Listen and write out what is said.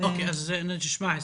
אוקיי, אז נשמע הסבר.